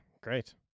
great